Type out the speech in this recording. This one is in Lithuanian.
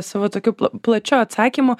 savo tokiu plačiu atsakymu